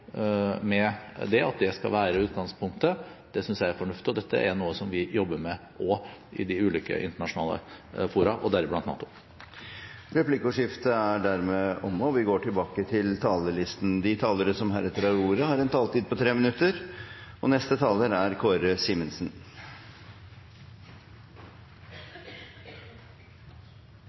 med det i NATO, og at det skal være utgangspunktet, synes jeg er fornuftig. Dette er noe som vi jobber med også i de ulike internasjonale fora, deriblant NATO. Replikkordskiftet er omme. De talere som heretter får ordet, har en taletid på inntil 3 minutter. Dagens debatt er viktig av flere grunner, først og